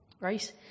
right